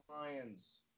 Lions